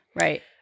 right